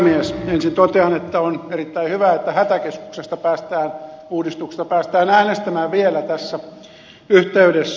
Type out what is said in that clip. ensin totean että on erittäin hyvä että hätäkeskusuudistuksesta päästään äänestämään vielä tässä yhteydessä